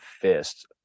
fist